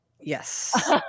Yes